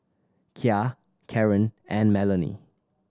Kya Caron and Melanie